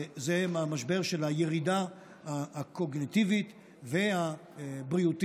וזה מהמשבר של הירידה הקוגניטיבית והבריאותית,